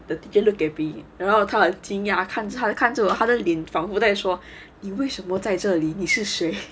the teacher look at me the digital guppy 然后他惊讶看了她看着我她仿佛在说你为什么在这里你是谁